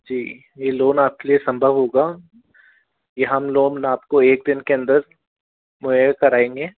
जी है ये लोन आपके लिए संभव होगा ये हम लोन आपको एक दिन के अंदर मुहैया कराएंगे